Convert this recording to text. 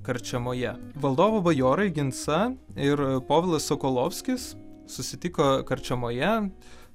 karčiamoje valdovo bajorai ginsa ir povilas sokolovskis susitiko karčiamoje